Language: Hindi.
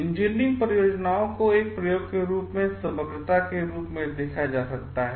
इंजीनियरिंग परियोजनाओं को एक प्रयोग के रूप में समग्रता के रूप में देखा जा सकता है